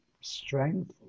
strength